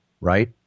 right